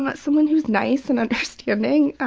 but someone whose nice and understanding